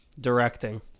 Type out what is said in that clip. Directing